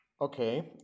Okay